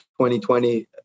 2020